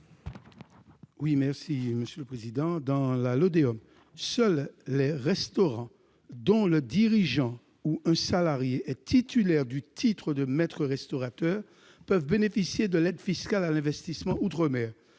économique des outre-mer, seuls les restaurants dont le dirigeant ou un salarié est titulaire du titre de maître-restaurateur peuvent bénéficier de l'aide fiscale à l'investissement outre-mer.